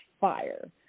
fire